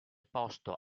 posto